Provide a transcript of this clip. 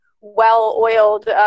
well-oiled